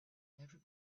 every